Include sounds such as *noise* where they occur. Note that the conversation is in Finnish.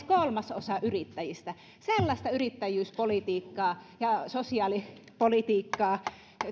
*unintelligible* kolmasosa yrittäjistä sellaista yrittäjyyspolitiikkaa ja sosiaalipolitiikkaa ja